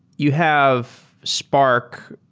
you have spark,